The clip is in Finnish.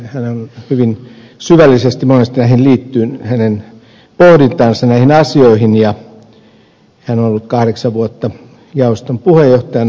hän on hyvin syvällisesti ajatellut monesti näihin asioihin liittyy hänen pohdintansa ja hän on ollut kahdeksan vuotta jaoston puheenjohtajana